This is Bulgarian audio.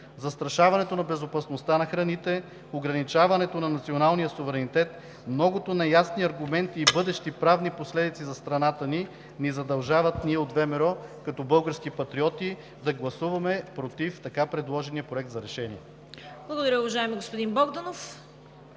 Застрашаването на безопасността на храните, ограничаването на националния суверенитет, многото неясни аргументи и бъдещи правни последици за страната ни, ни задължават, нас от ВМРО, като български патриоти да гласуваме „против“ така предложения Проект на решение. ПРЕДСЕДАТЕЛ ЦВЕТА КАРАЯНЧЕВА: Благодаря, уважаеми господин Богданов.